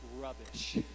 rubbish